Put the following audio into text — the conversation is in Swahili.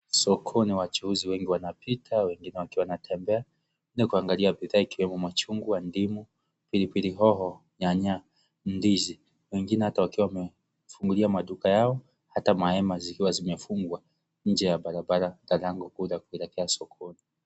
Sokoni wachuuzi wengi wanapita wengine wakiwa wanatembea na kuangalia bidhaa ikiwemo machungwa, nyanya ,pili pili hoho ,ndizi, ndimu na wengine wakiwa hata wakiwa wamefungua maduka Yao na mengine imefungwa katika barabara kuu.